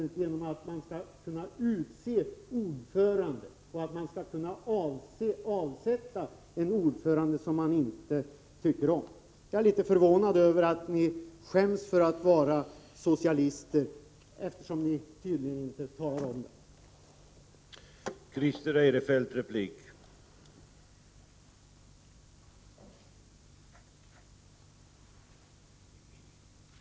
13 december 1984 Regeringen skall alltså kunna utse en ordförande i en affärsbanks styrelse, och regeringen skall även kunna avsätta en ordförande som man inte tycker Styrelseordförande iaffärsbank Jag är, som sagt, litet förvånad över att ni skäms för att ni är socialister — ni vill ju tydligen inte tala om den saken.